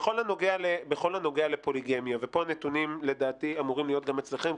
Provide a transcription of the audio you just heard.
בכל הנוגע לפוליגמיה ולדעתי הנתונים אמורים להיות גם אצלכם,